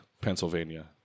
Pennsylvania